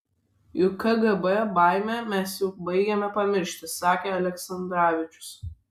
juk kgb baimę mes jau baigiame pamiršti sakė aleksandravičius